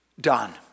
Done